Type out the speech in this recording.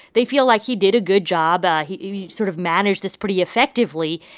they feel like he did a good job. ah he sort of managed this pretty effectively.